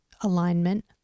alignment